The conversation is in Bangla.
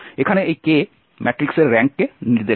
এখানে এই k ম্যাট্রিক্সের র্যাঙ্ককে নির্দেশ করে